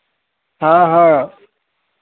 हाँ हाँ